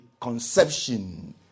conception